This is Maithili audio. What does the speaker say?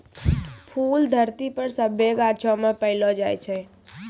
फूल धरती पर सभ्भे गाछौ मे पैलो जाय छै